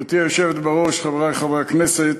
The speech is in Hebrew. גברתי היושבת בראש, חברי חברי הכנסת,